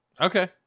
Okay